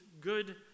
good